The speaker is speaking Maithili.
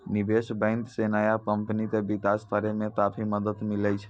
निबेश बेंक से नया कमपनी के बिकास करेय मे काफी मदद मिले छै